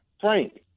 Frank